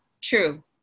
true